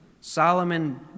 Solomon